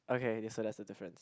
okay so that's the difference